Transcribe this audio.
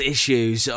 Issues